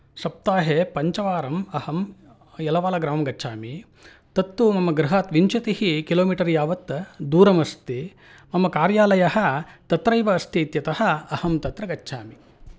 सप्ताहे पञ्चवारम् अहं यलवलग्रामं गच्छामि तत्तु मम गृहात् विंशतिः किलोमिटर् यावत् दूरम् अस्ति मम कार्यालयः तत्रैव अस्ति इत्यतः अहं तत्र गच्छामि